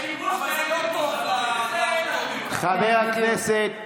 יש אנשים שהבטיחו, חבר הכנסת טיבי.